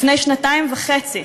לפני שנתיים וחצי,